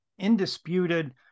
indisputed